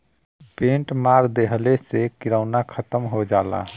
paint मार देहले से किरौना खतम हो जाला